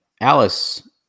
alice